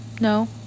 No